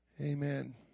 Amen